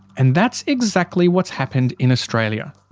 and that's exactly what's happened in australia.